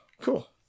Cool